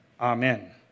Amen